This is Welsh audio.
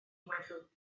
weddw